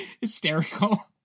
hysterical